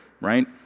right